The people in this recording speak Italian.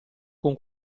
con